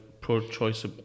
pro-choice